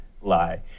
lie